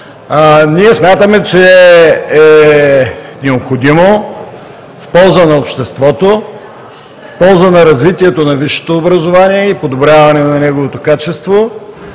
Ние смятаме, че е необходимо, в полза на обществото, в полза на развитието на висшето образование и подобряване на неговото качество